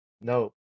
No